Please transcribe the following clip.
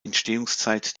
entstehungszeit